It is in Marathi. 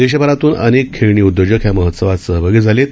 देशभरातून अनेक खेळणी उद्योजक या महोत्सवात सहभागी झाले आहेत